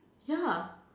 ya